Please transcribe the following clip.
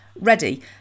ready